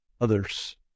others